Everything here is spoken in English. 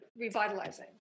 revitalizing